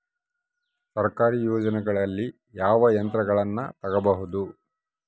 ಸರ್ಕಾರಿ ಯೋಜನೆಗಳಲ್ಲಿ ಯಾವ ಯಂತ್ರಗಳನ್ನ ತಗಬಹುದು?